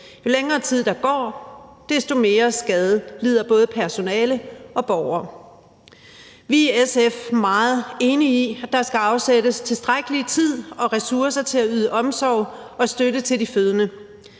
Jo længere tid der går, desto mere skade lider både personale og borgere. Vi er i SF meget enige i, at der skal afsættes tilstrækkelig tid og ressourcer til at yde omsorg og støtte til de fødende.